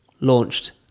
launched